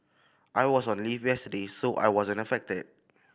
I was on leave yesterday so I wasn't affected